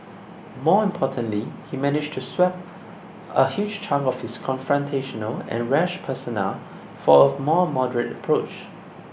more importantly he managed to swap a huge chunk of his confrontational and rash persona for a more moderate approach